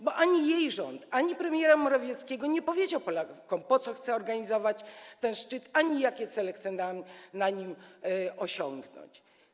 Bo ani jej rząd, ani rząd premiera Morawieckiego nie powiedział Polakom, po co chce organizować ten szczyt ani jakie cele chce podczas niego osiągnąć.